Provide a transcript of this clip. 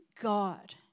God